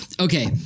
Okay